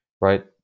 right